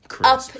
up